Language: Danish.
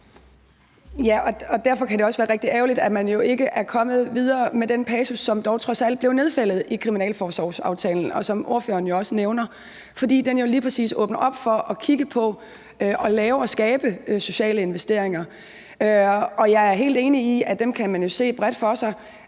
derfor er det også rigtig ærgerligt, at man jo ikke er kommet videre med den passus, som dog trods alt blev nedfældet i kriminalforsorgsaftalen, og som ordføreren jo også nævner, fordi den jo lige præcis åbner op for, at man skal kigge på at få skabt sociale investeringer. Jeg er jo helt enig i, at dem kan man jo se for sig